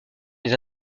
les